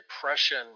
depression